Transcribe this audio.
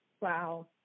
Wow